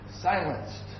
silenced